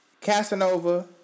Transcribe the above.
Casanova